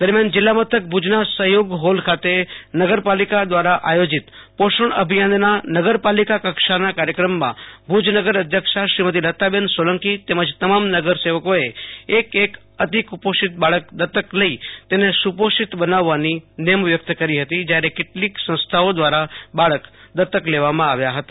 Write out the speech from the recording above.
દરમિયાન જિલ્લા મથક ભુજના સહયોગ હોલ ખાતે નગરપાલિકા દ્વારા આયોજિત પોષણ અભિયાનના નગરપાલિકા કક્ષાના કાર્યક્રમમાં ભુજ નગરઅધ્યક્ષા શ્રીમતી લતાબેન સોલંકી તેમજ તમામ નગરસેવકોએ એક એક અતિકુપોષિત બાળક દત્તક લઈ તેને સુપોષિત બનાવવાની નેમ વ્યક્ત કરી હતી જ્યારે કેટલીક સંસ્થાઓ દ્વારા બાળક દત્તક લેવાયા હતા